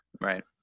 Right